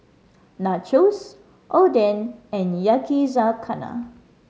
Nachos Oden and Yakizakana